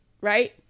right